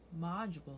module